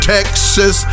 Texas